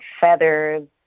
feathers